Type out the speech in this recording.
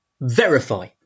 verify